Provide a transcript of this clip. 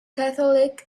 catholic